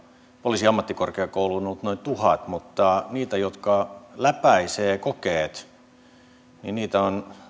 poliisiammattikorkeakouluun ollut noin tuhat mutta niitä jotka läpäisevät kokeet on